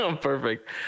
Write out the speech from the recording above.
perfect